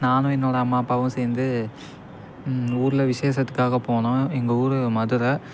நானும் என்னோடய அம்மா அப்பாவும் சேர்ந்து ஊரில் விஷேசத்துக்காக போனோம் எங்கள் ஊர் மதுரை